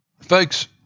Folks